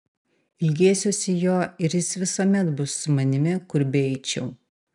ilgėsiuosi jo ir jis visuomet bus su manimi kur beeičiau